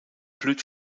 blüht